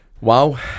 wow